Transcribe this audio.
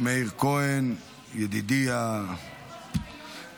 מאיר כהן, ידידי באמיתי.